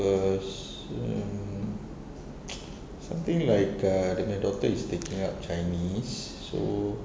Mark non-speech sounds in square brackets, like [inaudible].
because err [noise] something like err dia punya daughter is taking up chinese so